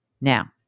Now